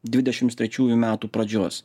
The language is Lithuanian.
dvidešimts trečiųjų metų pradžios